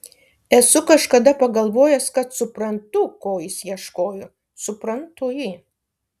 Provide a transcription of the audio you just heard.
esu kažkada pagalvojęs kad suprantu ko jis ieškojo suprantu jį